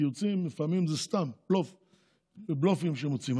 הציוצים לפעמים זה סתם בלופים שמוציאים,